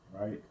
right